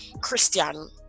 Christian